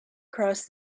cross